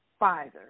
Pfizer